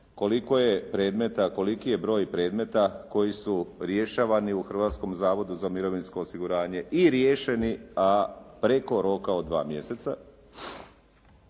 koliki je broj predmeta koji su rješavani u Hrvatskom zavodu za mirovinsko osiguranje i riješeni, a preko roka od 2 mjeseca.